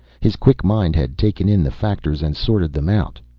his quick mind had taken in the factors and sorted them out.